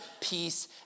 peace